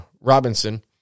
Robinson